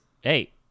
hey